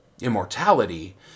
immortality